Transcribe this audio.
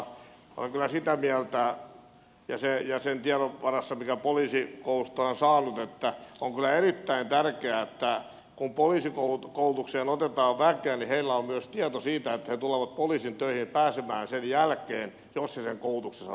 olen kyllä sitä mieltä ja sen tiedon varassa minkä poliisikoulusta olen saanut että on kyllä erittäin tärkeää että kun poliisikoulutukseen otetaan väkeä niin heillä on myös tieto siitä että he tulevat poliisin töihin pääsemään sen jälkeen jos he sen koulutuksensa läpäisevät